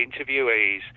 interviewees